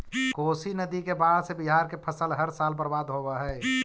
कोशी नदी के बाढ़ से बिहार के फसल हर साल बर्बाद होवऽ हइ